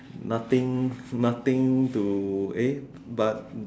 nothing nothing to eh but